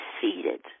seated